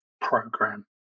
program